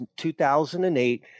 2008